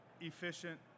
efficient